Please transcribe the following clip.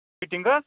fitting حظ